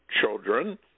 children